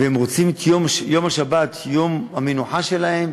והם רוצים את יום השבת כיום המנוחה שלהם.